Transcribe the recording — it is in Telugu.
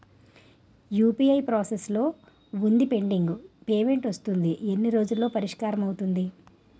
యు.పి.ఐ ప్రాసెస్ లో వుందిపెండింగ్ పే మెంట్ వస్తుంది ఎన్ని రోజుల్లో పరిష్కారం అవుతుంది